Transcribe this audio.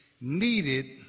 needed